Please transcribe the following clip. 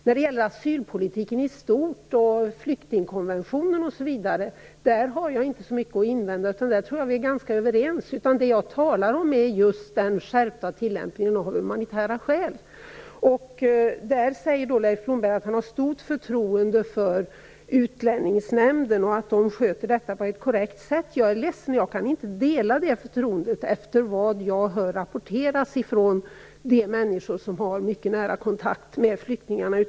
När det gäller asylpolitiken i stort och flyktingkonventionen har jag inte så mycket att invända. Där tror jag att vi är ganska överens. Vad jag talar om är just den skärpta tillämpningen av humanitära skäl. Leif Blomberg säger att han har stort förtroende för Utlänningsnämnden och för att denna sköter frågorna på ett korrekt sätt. Jag är ledsen, men jag kan inte dela det förtroendet efter vad jag har hört rapporteras från människor som har mycket nära kontakt med flyktingarna.